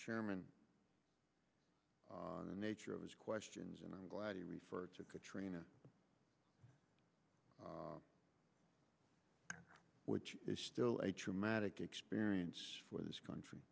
chairman on the nature of his questions and i'm glad he referred to katrina which is still a traumatic experience for this country